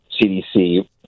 CDC